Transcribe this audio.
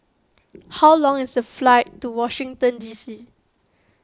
how long is the flight to Washington D C